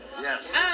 Yes